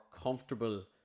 comfortable